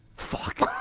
fuck